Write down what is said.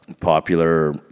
popular